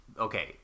Okay